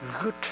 good